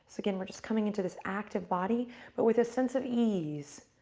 so again, we're just coming into this active body but with this sense of ease.